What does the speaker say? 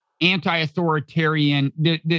anti-authoritarian